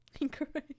Incorrect